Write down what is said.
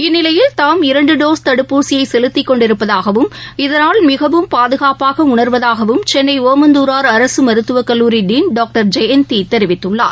இந்நிலையில் தாம் இரண்டு டோஸ் தடுப்பூசியை செலுத்திக் கொண்டிருப்பதாகவும் இதனால் மிகவும் பாதுகாப்பாக உணர்வதாகவும் சென்னை ஒமந்தூரார் அரசு மருத்துவக் கல்லூரி டீன் டாக்டர் ஜெயந்தி தெரிவித்துள்ளார்